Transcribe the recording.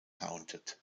haunted